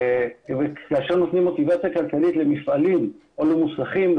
נותנים למפעלים או למוסכים מוטיבציה כלכלית,